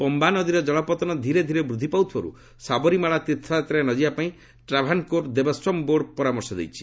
ପମ୍ବା ନଦୀର ଜଳପତନ ଧୀରେଧୀରେ ବୃଦ୍ଧି ପାଉଥିବାରୁ ସାବରୀମାଳା ତୀର୍ଥଯାତ୍ୱାରେ ନଯିବା ପାଇଁ ଟ୍ରାଭାନ୍କୋର୍ ଦେବସ୍ୱମ୍ବୋର୍ଡ ପରାମର୍ଶ ଦେଇଛି